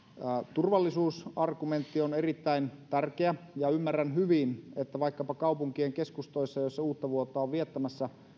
turvallisuusargumentti on erittäin tärkeä ymmärrän hyvin että vaikkapa kaupunkien keskustoissa joissa uuttavuotta on viettämässä